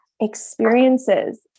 Experiences